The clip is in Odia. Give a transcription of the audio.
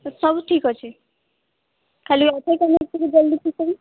ସାର୍ ସବୁ ଠିକ ଅଛେ ଖାଲି ୱାଇ ଫାଇ କନେକ୍ସନ୍ ଜଲ୍ଦି ଠିକ କର